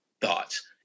thoughts